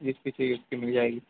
जिसकी चाहिए उसकी मिल जाएगी